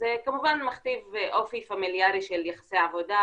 זה כמובן מכתיב אופי פמיליארי של יחסי עבודה,